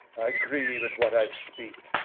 i greeue at what i speake,